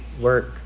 work